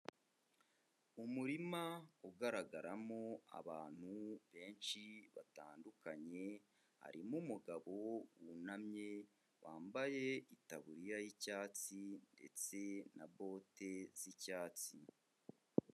Umurima ugaragaramo abantu benshi batandukanye harimo umugabo wunamye wambaye itaburiya y'icyatsi ndetse na bote z'icyatsi.